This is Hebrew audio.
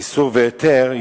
איסור והיתר,